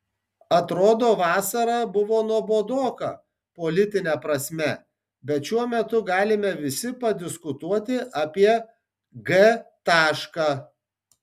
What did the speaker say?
atrodo vasara buvo nuobodoka politine prasme bet šiuo metu galime visi padiskutuoti apie g tašką